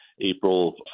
April